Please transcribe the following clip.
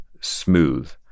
smooth